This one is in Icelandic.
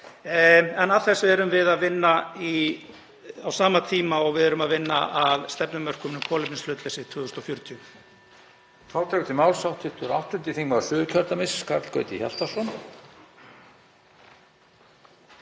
en að þessu erum við að vinna á sama tíma og við erum að vinna að stefnumörkun um kolefnishlutleysi 2040.